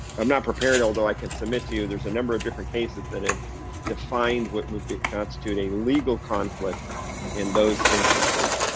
i'm not prepared, although i could submit to you, there's a number of different cases that ah defined what would constitute a legal conflict in those instances.